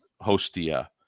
Hostia